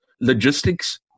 logistics